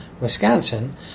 Wisconsin